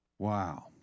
Wow